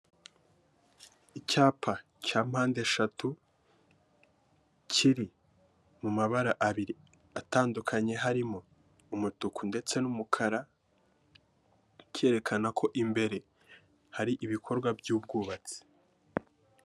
Icyapa cya mpandeshatu kiri mu mabara abiri atandukanye, harimo umutuku ndetse n'umukara cyerekana ko imbere hari ibikorwa by'ubwubatsi.